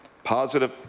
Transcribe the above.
positive,